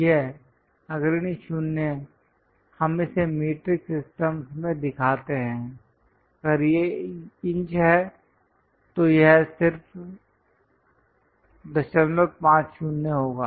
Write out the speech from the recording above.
यह अग्रणी 0 हम इसे मीट्रिक सिस्टम में दिखाते हैं अगर यह इंच है तो यह सिर्फ 50 होगा